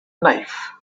knife